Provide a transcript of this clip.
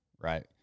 right